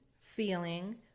feeling